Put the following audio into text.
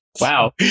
Wow